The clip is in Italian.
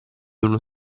uno